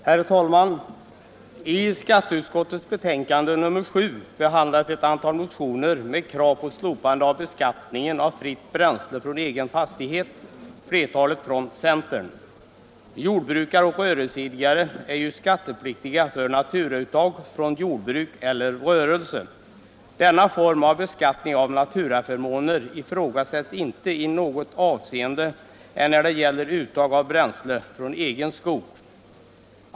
Herr talman! I skatteutskottets betänkande nr 7 behandlas ett antal motioner med krav på slopande av beskattningen av fritt bränsle från egen fastighet, flertalet från centern. Jordbrukare och rörelseidkare är ju skattepliktiga för naturauttag från jordbruk eller rörelse. Denna form av beskattning av naturaförmåner ifrågasätts inte i något annat avseende än när det gäller uttag av bränsle från egen skog.